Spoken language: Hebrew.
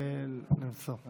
קשה למצוא.